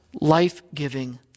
life-giving